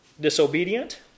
Disobedient